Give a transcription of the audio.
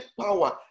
power